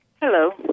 Hello